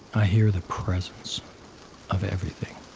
i hear the presence of everything